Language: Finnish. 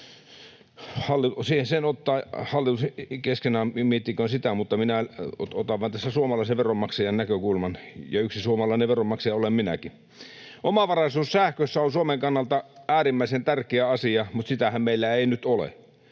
Hallitus keskenään miettiköön sitä, mutta minä otan tässä vain suomalaisen veronmaksajan näkökulman, ja yksi suomalainen veronmaksaja olen minäkin. Omavaraisuus sähkössä on Suomen kannalta äärimmäisen tärkeä asia, mutta sitähän meillä ei nyt ole.